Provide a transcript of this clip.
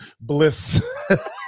bliss